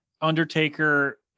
Undertaker